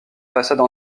façades